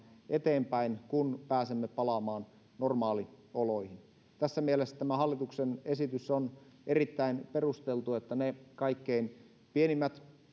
eteenpäin kun pääsemme palaamaan normaalioloihin tässä mielessä tämä hallituksen esitys on erittäin perusteltu että ne kaikkein pienimmät